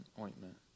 ointment